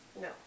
No